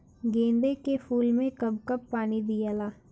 गेंदे के फूल मे कब कब पानी दियाला?